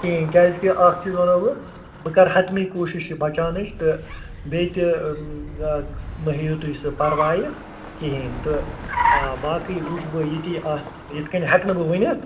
کِہیٖنٛۍ کیٛازِ کہِ اکھ چیٖز وَنہو بہٕ بہٕ کَرٕ حتمی کوٗشِش یہِ بچاونٕچ تہٕ بیٚیہِ تہِ مہٕ ہیٚیِو تُہۍ سُہ پروایہِ کِہیٖنٛۍ تہٕ آ باقٕے وُچھٕ بہٕ ییٚتی اتھ یِتھٕ کٔنۍ ہٮ۪کہٕ نہٕ بہٕ ؤنِتھ